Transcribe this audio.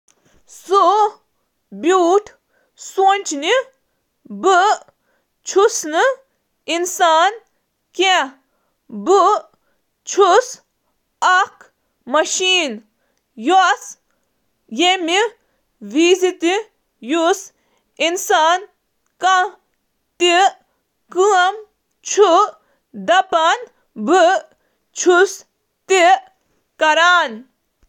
تٔمۍ سُنٛد خیال اوس زِ بہٕ چُھس نہٕ اِنسان، بہٕ چُھس اکھ مشین ییلہٕ تہٕ کانٛہہ انسان کانٛہہ کٲم کرُن یژھان چُھ، بہٕ چُھس سۄ کٲم کران۔